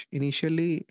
initially